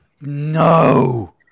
No